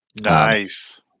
Nice